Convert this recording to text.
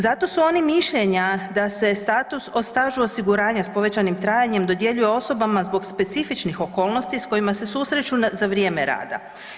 Zato su oni mišljenja da se status o stažu osiguranja sa povećanim trajanjem dodjeljuje osobama zbog specifičnih okolnosti sa kojima se susreću za vrijeme rada.